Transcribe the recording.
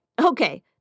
Okay